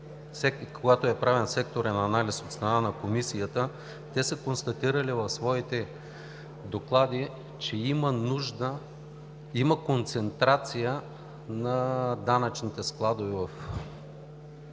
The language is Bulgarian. когато е правен секторен анализ от страна на Комисията, те са констатирали в своите доклади, че има концентрация на данъчните складове в